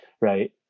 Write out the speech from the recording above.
right